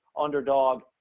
underdog